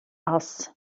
ass